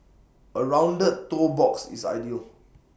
A rounded toe box is ideal